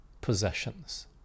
possessions